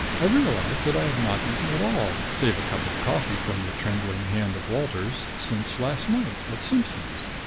i realize that i have not eaten at all save a cup of coffee from the trembling hand of walters since last night, at simpson's.